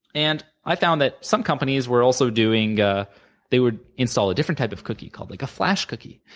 and i found that some companies were also doing they would install a different type of cookie called like a flash cookie,